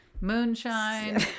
Moonshine